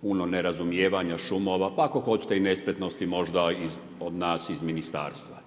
puno nerazumijevanja, šumova, pa ako hoćete i nespretnosti možda nas iz ministarstva.